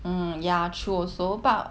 mm ya true also but